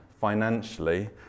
financially